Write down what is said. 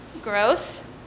Growth